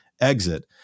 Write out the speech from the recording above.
exit